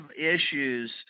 issues